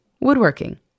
woodworking